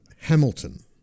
Hamilton